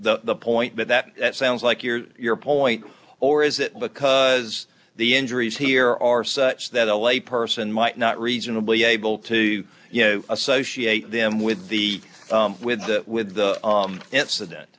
was the point but that that sounds like your point or is it because the injuries here are such that a lay person might not reasonably able to you know associate them with the with the with the incident